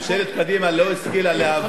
ממשלת קדימה לא השכילה להבין,